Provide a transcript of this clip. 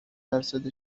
درصد